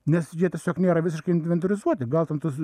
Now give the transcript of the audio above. nes jie tiesiog nėra visiškai inventorizuoti gal ten tos